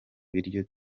biryo